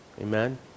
Amen